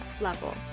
level